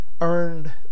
earned